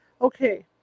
Okay